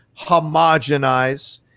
homogenize